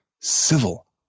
civil